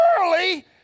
Early